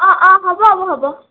অঁ অঁ হ'ব হ'ব হ'ব